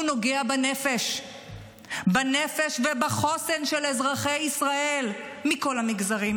הוא נוגע בנפש ובחוסן של אזרחי ישראל מכל המגזרים,